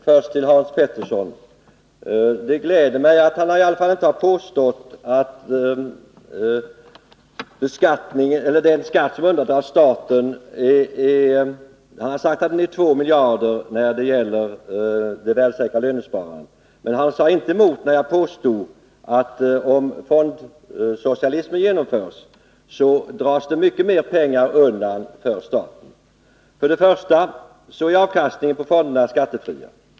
Herr talman! Hans Petersson i Hallstahammar sade att den skatt som undandras staten är 2 miljarder när det gäller det värdesäkra lönesparandet. Men han sade inte emot mig, och det gläder mig, när jag påstod att om fondsocialismen genomförs dras mycket mer pengar undan för staten. För det första är avkastningen på fonderna skattefri.